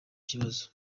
kibazo